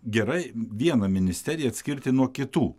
gerai vieną ministeriją atskirti nuo kitų